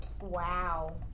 Wow